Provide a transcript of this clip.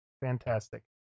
fantastic